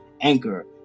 Anchor